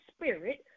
spirit